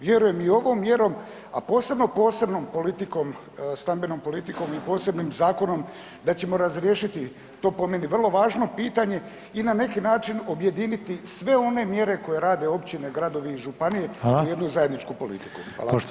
Vjerujem i ovom mjerom, a posebno posebnom politikom, stambenom politikom i posebnim zakonom da ćemo razriješiti to po meni vrlo važno pitanje i na neki način objediniti sve one mjere koje rade općine, gradovi i županije u jednu zajedničku politiku.